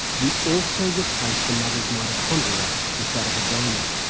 you also replace the mother's mitochondria with that of a donor.